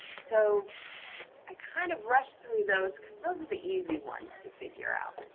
so i kind of rush through those because those are the easy ones to figure out.